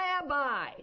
rabbi